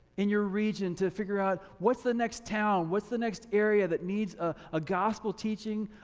in your region to figure out what's the next town, what's the next area that needs a ah gospel teaching,